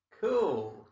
Cool